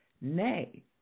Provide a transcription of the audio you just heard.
nay